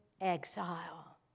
exile